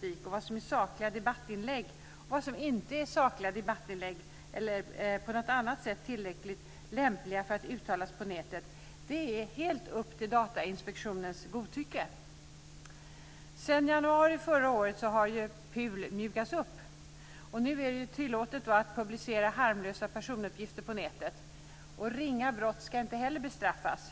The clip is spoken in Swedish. det, vad som är sakliga debattinlägg och vad som inte är det, eller som på något annat sätt är tillräckligt lämpliga för att uttalas på nätet är helt upp till Datainspektionens godtycke. Sedan januari förra året har PUL mjukats upp, och nu är det tillåtet att publicera harmlösa personuppgifter på nätet. Ringa brott ska inte heller bestraffas.